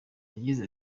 yagize